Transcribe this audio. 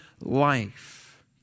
life